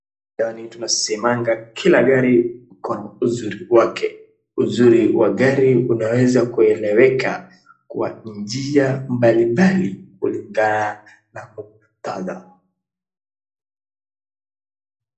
Ndani tunasemaga kila gari ikona uzuri wake. Uzuri wa gari unaeza kueleweka kwa njia mbalimbali kulingana na muktadha.